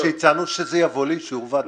שזה יבוא לאישור ועדת הכלכלה.